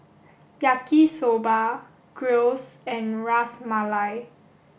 Yaki soba Gyros and Ras Malai